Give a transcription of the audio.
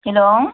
hello